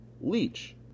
Leech